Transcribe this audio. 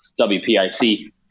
WPIC